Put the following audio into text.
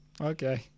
Okay